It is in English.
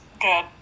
good